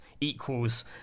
equals